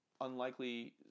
unlikely